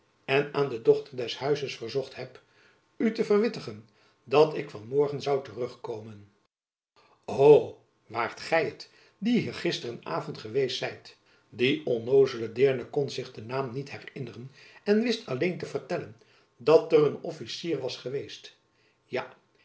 en aan de dochter des huizes verzocht heb u te verwittigen dat ik van morgen zoû terug komen o waart gy het die hier gisteren avond geweest zijt die onnoozele deerne kon zich den naam niet herinneren en wist alleen te vertellen dat er een officier was geweest ja